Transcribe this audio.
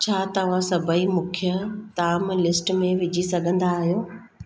छा तव्हां सभई मुख्य ताम लिस्ट में विझी सघंदा आहियो